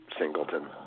Singleton